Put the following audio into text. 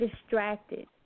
distracted